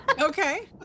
Okay